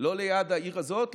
לא ליד העיר הזאת,